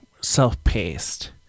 self-paced